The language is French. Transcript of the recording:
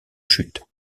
chute